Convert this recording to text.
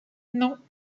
non